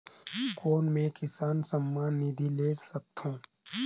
कौन मै किसान सम्मान निधि ले सकथौं?